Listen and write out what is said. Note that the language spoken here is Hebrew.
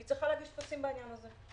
והיא צריכה להגיש טפסים בעניין הזה.